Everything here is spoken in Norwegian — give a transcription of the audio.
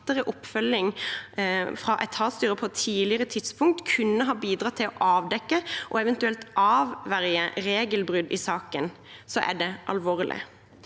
at tettere oppfølging fra etatstyrer på et tidligere tidspunkt kunne bidratt til å avdekke og eventuelt avverge regelbrudd i saken, er det alvorlig.